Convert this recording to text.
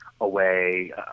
away